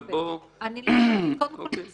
אז אני שמחה, ואני מצטרפת.